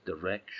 direction